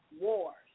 wars